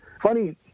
funny